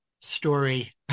Story